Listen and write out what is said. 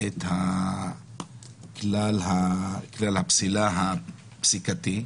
את כלל הפסילה הפסיקתי.